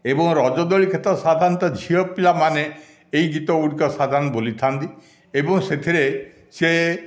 ଏବଂ ରଜଦୋଳି ଖେତ ସାଧାରଣତଃ ଝିଅପିଲାମାନେ ଏହି ଗୀତଗୁଡ଼ିକ ସାଧାରଣତଃ ବୋଲିଥାନ୍ତି ଏବଂ ସେଥିରେ ସେ